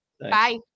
Bye